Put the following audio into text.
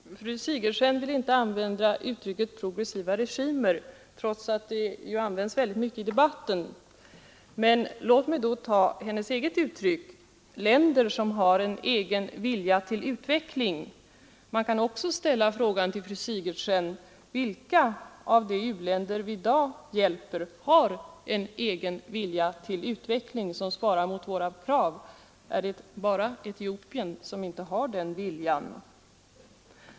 Herr talman! Fru Sigurdsen vill inte använda uttrycket ”progressiva regimer”, trots att det används mycket i debatten. Men låt mig då ta hennes eget uttryck ”länder som har en egen vilja till utveckling”. Man kan också fråga fru Sigurdsen: Vilka av de u-länder som vi i dag hjälper har en egen vilja till utveckling som svarar mot våra krav? Är det bara Etiopien som inte har den viljan?